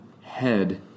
Head